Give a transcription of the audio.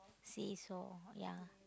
seesaw ya